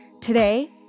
Today